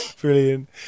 Brilliant